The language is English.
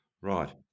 Right